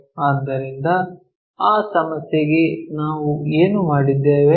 ಆದ್ದರಿಂದ ಆ ಸಮಸ್ಯೆಗೆ ನಾವು ಏನು ಮಾಡಿದ್ದೇವೆ